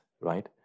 right